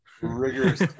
Rigorous